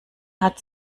hat